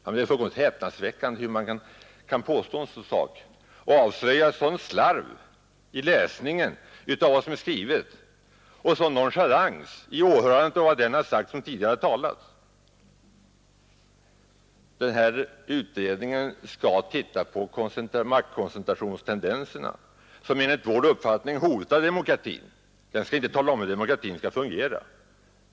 Det är fullkomligt häpnadsväckande hur man kan påstå en sådan sak och avslöja ett sådant slarv vid läsningen av vad som är skrivet i motion och reservation och en sådan nonchalans vid åhörandet av vad den tidigare talaren har sagt. Den här utredningen skall koncentrera sig på maktkoncentrationstendenserna, som enligt vår mening hotar demokratin. Den skall inte tala om hur demokratin skall fungera.